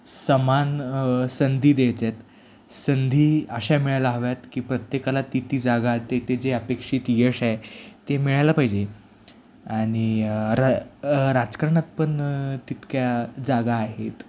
समान संधी द्यायचे आहेत संधी अशा मिळायला हव्यात की प्रत्येकाला ती ती जागा ते ते जे अपेक्षित यश आहे ते मिळायला पाहिजे आणि र राजकारणात पण तितक्या जागा आहेत